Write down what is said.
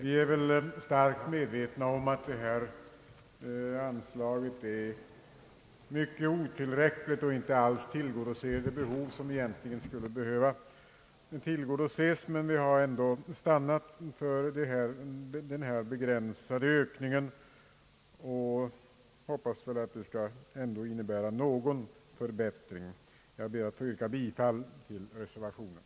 Vi är starkt medvetna om att detta anslag är mycket otillräckligt och inte alls tillgodoser de behov som egentligen skulle behöva tillgodoses, men vi har stannat för den begränsade ökningen och hoppas att den skall innebära någon förbättring. Herr talman! Jag ber att få yrka bifall till reservationen.